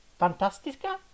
fantastica